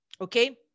okay